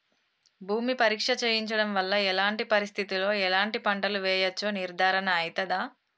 భూమి పరీక్ష చేయించడం వల్ల ఎలాంటి పరిస్థితిలో ఎలాంటి పంటలు వేయచ్చో నిర్ధారణ అయితదా?